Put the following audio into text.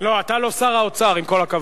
אתה לא שר האוצר, עם כל הכבוד.